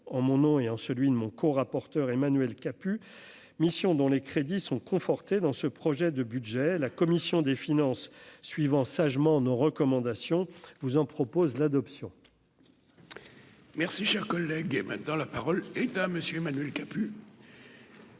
en mon nom et en celui de mon co-rapporteur, Emmanuel Capus, mission dont les crédits sont confortés dans ce projet de budget la commission des finances suivant sagement nos recommandations, vous en propose l'adoption. Merci, cher collègue, et maintenant la parole est à monsieur Emmanuel Capus.